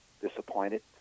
disappointed